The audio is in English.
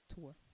Tour